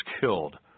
killed